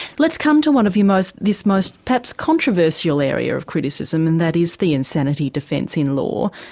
let's come to one of your most, this most perhaps controversial area of criticism and that is the insanity defence in law,